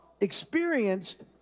experienced